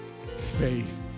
faith